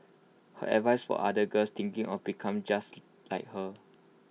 her advice for other girls thinking of become just like her